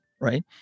right